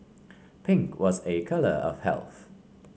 pink was a colour of health